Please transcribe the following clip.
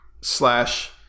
slash